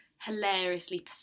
hilariously